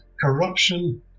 corruption